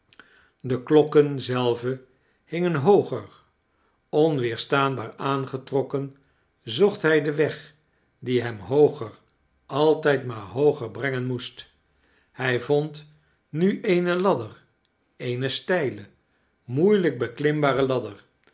de klokken zelve hingen hooger onweerstaanbaar aangetrokken zocht hij den weg die hem hooger altijd maar hooger brengen moest hij vond nu eene ladder eene steile moedlijk beklimbare ladder